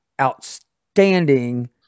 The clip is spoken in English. outstanding